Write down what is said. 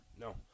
No